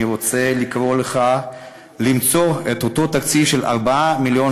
אני רוצה לקרוא לך למצוא את אותו תקציב של 4 מיליון